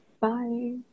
Bye